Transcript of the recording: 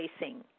racing